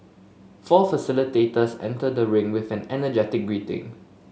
four facilitators enter the ring with an energetic greeting